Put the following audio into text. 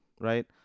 right